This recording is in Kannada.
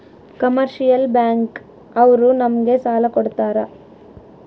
ಕಮರ್ಷಿಯಲ್ ಬ್ಯಾಂಕ್ ಅವ್ರು ನಮ್ಗೆ ಸಾಲ ಕೊಡ್ತಾರ